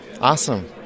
Awesome